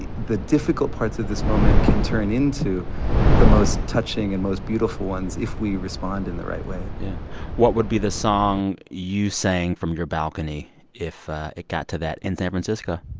the the difficult parts of this moment can turn into the most touching and most beautiful ones if we respond in the right way yeah what would be the song you sang from your balcony if it got to that in san francisco?